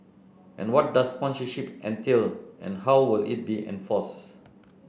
and what does sponsorship entail and how will it be enforced